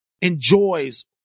enjoys